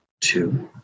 two